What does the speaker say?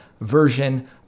version